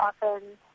often